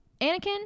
Anakin